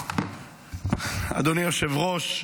אדוני היושב-ראש,